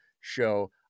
show